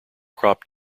crop